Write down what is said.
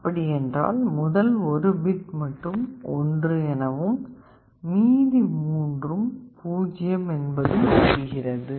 அப்படி என்றால் முதல் ஒரு பிட் மட்டும் ஒன்று எனவும் மீதி மூன்றும் பூஜ்ஜியம் எனவும் ஆகிறது